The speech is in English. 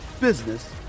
business